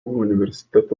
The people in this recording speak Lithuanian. universiteto